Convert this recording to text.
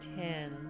Ten